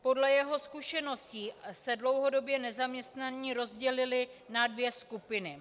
Podle jeho zkušeností se dlouhodobě nezaměstnaní rozdělili na dvě skupiny.